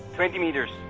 twenty metres.